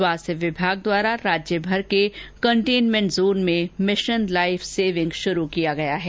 स्वास्थ्य विभाग द्वारा राज्यभर के कंटेनमेंट जोन में मिशन लाइफ सेविंग शुरू किया किया है